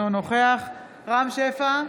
אינו נוכח רם שפע,